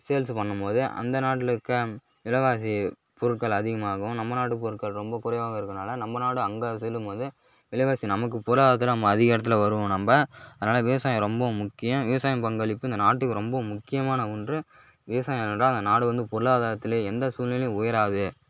sales பண்ணும்போது அந்த நாட்டில் இருக்கற விலைவாசி பொருட்கள் அதிகமாகும் நம்ம நாட்டு பொருட்கள் ரொம்ப குறைவாக இருக்கறனால நம்ம நாடு அங்கே செல்லும்போது விலைவாசி நமக்கு பொருளாதாரத்தில் நம்ம அதிக இடத்துல வருவோம் நம்ப அதனால விவசாயம் ரொம்ப முக்கியம் விவசாயம் பங்களிப்பு இந்த நாட்டுக்கு ரொம்ப முக்கியமான ஒன்று விவசாயம் இல்லை என்றால் அந்த நாடு வந்து பொருளாதாரத்தில் எந்த சூழ்நிலையுலும் உயராது